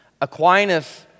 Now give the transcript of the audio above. Aquinas